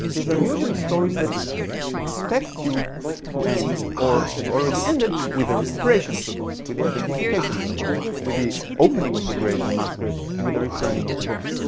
these are usually stories that expect you to end, or have already ended with the recuperation of the bones, with the identification of the bones, with the opening of the graves and mass graves, and with the returning of the bones.